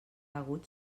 hagut